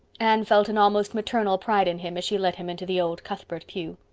anne felt an almost maternal pride in him as she led him into the old cuthbert pew.